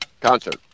Concert